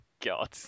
God